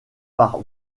par